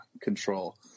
control